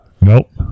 Nope